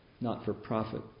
not-for-profit